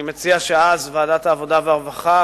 אני מציע שאז ועדת העבודה והרווחה,